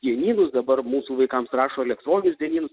dienynus dabar mūsų vaikams rašo į elektroninius dienynus